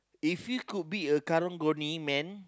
if you could be a karang-guni man